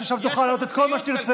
שם תוכל להעלות את כל מה שתרצה,